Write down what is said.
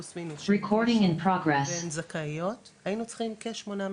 פלוס מינוס שהן זכאיות היינו צריכים כשמונה מיליון,